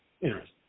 Interesting